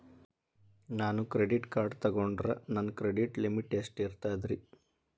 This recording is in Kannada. ನಾನು ಕ್ರೆಡಿಟ್ ಕಾರ್ಡ್ ತೊಗೊಂಡ್ರ ನನ್ನ ಕ್ರೆಡಿಟ್ ಲಿಮಿಟ್ ಎಷ್ಟ ಇರ್ತದ್ರಿ?